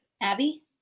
abby